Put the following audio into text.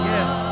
Yes